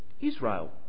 Israel